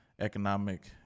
economic